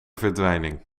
verdwijning